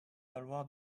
valoir